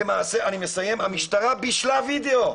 שהמשטרה בישלה וידאו.